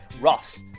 Ross